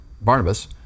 Barnabas